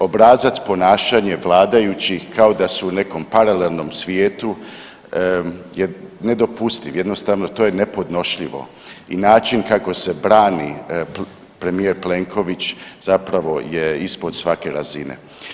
Obrazac ponašanja vladajućih kao da su u nekom paralelnom svijetu je nedopustiv, jednostavno to je nepodnošljivo i način kako se brani premijer Plenković zapravo je ispod svake razine.